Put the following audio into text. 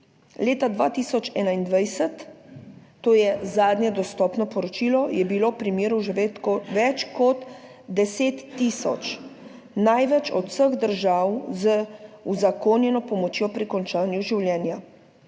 leta 2021, to je zadnje dostopno poročilo, je bilo primerov živeti več kot 10 tisoč - največ od vseh držav z uzakonjeno pomočjo pri končanju življenja.